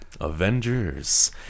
Avengers